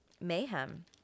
mayhem